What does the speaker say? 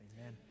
Amen